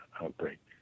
outbreak